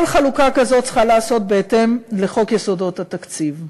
כל חלוקה כזאת צריכה להיעשות בהתאם לחוק יסודות התקציב.